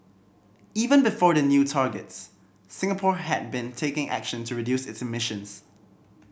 even before the new targets Singapore had been taking action to reduce its emissions